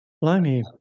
Blimey